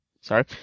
sorry